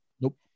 nope